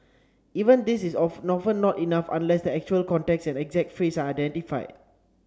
even this is of often not enough unless the actual context and exact phrase are identified